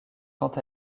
quant